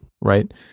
right